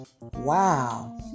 Wow